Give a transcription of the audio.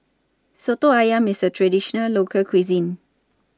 Soto Ayam IS A Traditional Local Cuisine